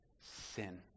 sin